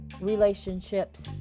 relationships